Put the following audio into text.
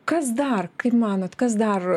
kas dar kaip manot kas dar